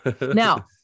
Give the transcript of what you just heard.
Now